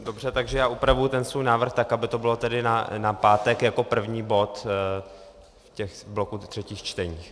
Dobře, takže já upravuji ten svůj návrh tak, aby to bylo tedy na pátek jako první bod bloku třetích čtení.